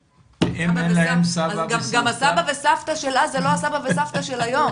גם הסבא והסבתא של אז זה לא הסבא וסבתא של היום.